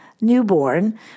newborn